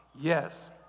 Yes